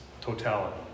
totality